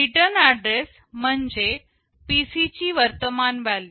return address म्हणजे PC ची वर्तमान व्हॅल्यू